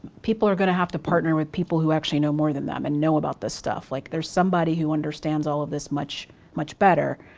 people are gonna have to partner with people who actually know more than them and know about this stuff. like there's somebody who understands all of this much much better.